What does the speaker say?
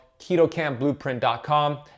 ketocampblueprint.com